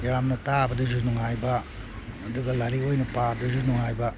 ꯌꯥꯝꯅ ꯇꯥꯕꯗꯁꯨ ꯅꯨꯡꯉꯥꯏꯕ ꯑꯗꯨꯒ ꯂꯥꯏꯔꯤꯛ ꯑꯣꯏꯅ ꯄꯥꯕꯗꯁꯨ ꯅꯨꯡꯉꯥꯏꯕ